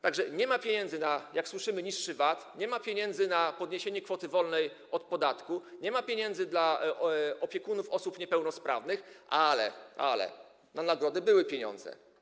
Tak że nie ma pieniędzy na - jak słyszymy - niższy VAT, nie ma pieniędzy na podniesienie kwoty wolnej od podatku, nie ma pieniędzy dla opiekunów osób niepełnosprawnych, ale na nagrody były pieniądze.